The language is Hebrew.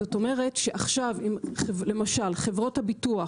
זאת אומרת שעכשיו למשל חברות הביטוח,